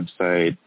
website